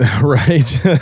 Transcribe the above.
Right